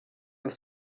and